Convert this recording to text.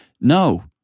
No